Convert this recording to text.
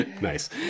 Nice